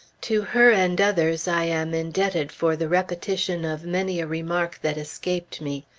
to her and others i am indebted for the repetition of many a remark that escaped me.